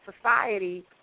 society